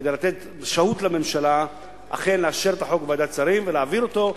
כדי לתת שהות לממשלה אכן לאשר את הצעת החוק בוועדת השרים ולהעביר אותה.